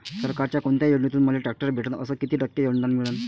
सरकारच्या कोनत्या योजनेतून मले ट्रॅक्टर भेटन अस किती टक्के अनुदान मिळन?